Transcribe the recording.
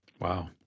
Wow